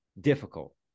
difficult